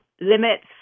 limits